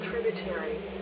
tributary